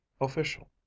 official